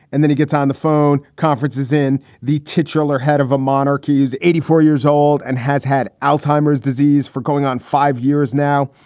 and then he gets on the phone conferences in the titular head of a monarchy who's eighty four years old and has had alzheimer's disease for going on five years now.